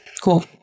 Cool